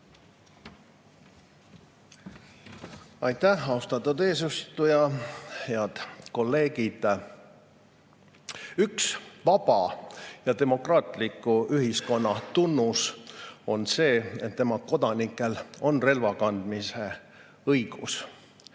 Aitäh, austatud eesistuja! Head kolleegid! Üks vaba ja demokraatliku ühiskonna tunnus on see, et tema kodanikel on relvakandmise õigus.